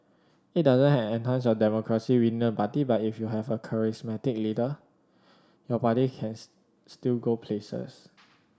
it doesn't enhance democracy within the party but if you have a charismatic leader your party can still go places